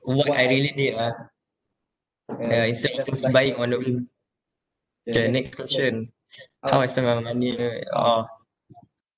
what I really need ah uh instead of just buying on the next question how I spend my money orh